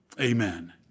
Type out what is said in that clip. Amen